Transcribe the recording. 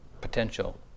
potential